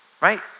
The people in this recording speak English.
right